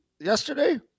Yesterday